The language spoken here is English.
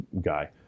guy